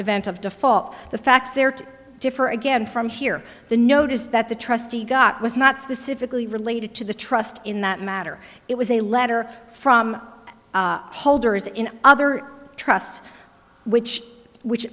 event of default the facts there to differ again from here the notice that the trustee got was not specifically related to the trust in that matter it was a letter from holders in other trusts which which